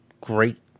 Great